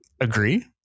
Agree